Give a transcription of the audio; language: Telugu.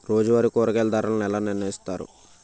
రోజువారి కూరగాయల ధరలను ఎలా నిర్ణయిస్తారు?